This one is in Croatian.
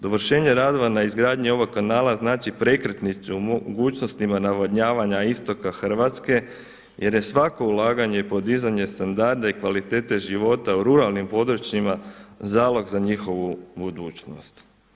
Dovršenje radova na izgradnji ovog kanala znači prekretnicu u mogućnostima navodnjavanja istoka Hrvatske jer je svako ulaganje podizanje standarda i kvalitete života u ruralnim područjima zalog za njihovu budućnost.